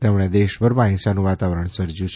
તેમણે દેશભરમાં હિંસાનું વાતાવરણ સજ્યું છે